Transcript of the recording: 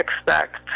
expect